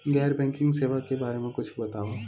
गैर बैंकिंग सेवा के बारे म कुछु बतावव?